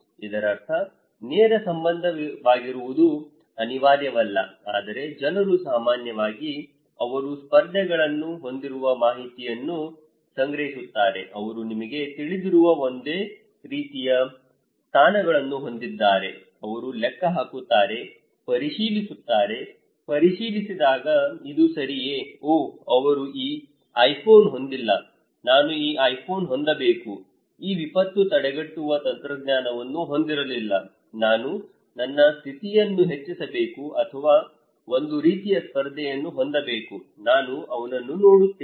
ಇದರರ್ಥ ನೇರ ಸಂಬಂಧವಾಗಿರುವುದು ಅನಿವಾರ್ಯವಲ್ಲ ಆದರೆ ಜನರು ಸಾಮಾನ್ಯವಾಗಿ ಅವರು ಸ್ಪರ್ಧೆಗಳನ್ನು ಹೊಂದಿರುವ ಮಾಹಿತಿಯನ್ನು ಸಂಗ್ರಹಿಸುತ್ತಾರೆ ಅವರು ನಿಮಗೆ ತಿಳಿದಿರುವ ಒಂದೇ ರೀತಿಯ ಸ್ಥಾನಗಳನ್ನು ಹೊಂದಿದ್ದಾರೆ ಅವರು ಲೆಕ್ಕ ಹಾಕುತ್ತಾರೆ ಪರಿಶೀಲಿಸುತ್ತಾರೆ ಪರಿಶೀಲಿಸಿದಾಗ ಇದು ಸರಿಯೇ ಓಹ್ ಅವರು ಈ ಐಫೋನ್ ಹೊಂದಿಲ್ಲ ನಾನು ಈ ಐಫೋನ್ ಹೊಂದಬೇಕು ಈ ವಿಪತ್ತು ತಡೆಗಟ್ಟುವ ತಂತ್ರಜ್ಞಾನವನ್ನು ಹೊಂದಿರಲಿಲ್ಲ ನಾನು ನನ್ನ ಸ್ಥಿತಿಯನ್ನು ಹೆಚ್ಚಿಸಬೇಕು ಅಥವಾ ಒಂದು ರೀತಿಯ ಸ್ಪರ್ಧೆಯನ್ನು ಹೊಂದಬೇಕು ನಾನು ಅವನನ್ನು ನೋಡುತ್ತೇನೆ